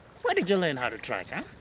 where did you learn how to track huh?